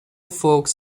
forks